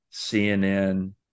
CNN